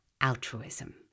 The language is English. altruism